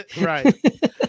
Right